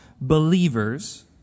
believers